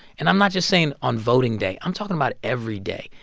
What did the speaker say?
and i'm not just saying on voting day. i'm talking about every day,